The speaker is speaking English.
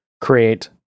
create